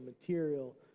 material